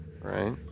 Right